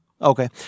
Okay